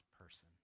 person